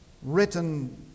written